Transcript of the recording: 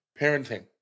parenting